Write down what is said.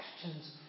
questions